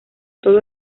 todo